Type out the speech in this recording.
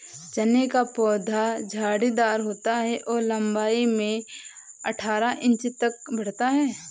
चने का पौधा झाड़ीदार होता है और लंबाई में अठारह इंच तक बढ़ता है